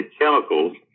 chemicals